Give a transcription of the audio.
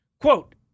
Quote